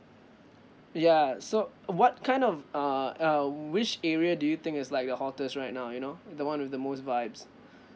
ya so uh what kind of uh err which area do you think is like the hottest right now you know the one with the most vibes